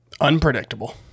Unpredictable